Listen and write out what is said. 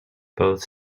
both